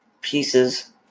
pieces